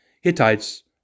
Hittites